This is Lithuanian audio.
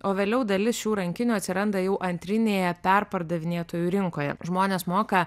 o vėliau dalis šių rankinių atsiranda jau antrinėje perpardavinėtojų rinkoje žmonės moka